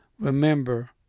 remember